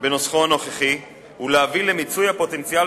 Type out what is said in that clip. בנוסחו הנוכחי ולהביא למיצוי הפוטנציאל